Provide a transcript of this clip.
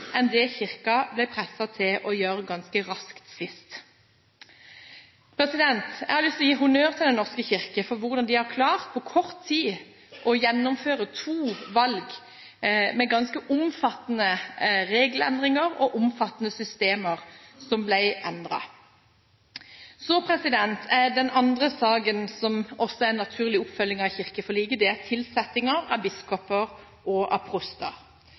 enn den som Kirken sist ble presset til å gjennomføre ganske raskt. Jeg har lyst til å gi honnør til Den norske kirke for hvordan de på kort tid har klart å gjennomføre to valg med ganske omfattende regelendringer og omfattende systemer som ble endret. Den andre saken som også er en naturlig oppfølging av kirkeforliket, er tilsetting av biskoper og proster.